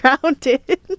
grounded